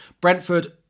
Brentford